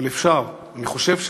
אבל אפשר, אני חושב שאפשר,